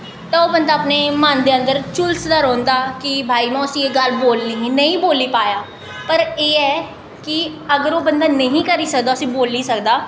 ते ओह् बंदा अपने मन दे अन्दर झुलसदा रौंह्दा कि भाई मैं उस्सी एह् गल्ल बोलनी ही नेईं बोली पाया पर एह् ऐ कि अगर ओह् बंदा नेईं ही करी सकदा उस्सी बोली सकदा